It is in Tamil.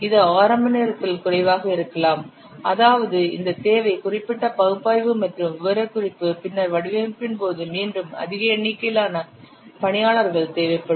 இது ஆரம்ப நேரத்தில் குறைவாக இருக்கலாம் அதாவது இந்தத் தேவை குறிப்பிட்ட பகுப்பாய்வு மற்றும் விவரக்குறிப்பு பின்னர் வடிவமைப்பின் போது மீண்டும் அதிக எண்ணிக்கையிலான பணியாளர்கள் தேவைப்படும்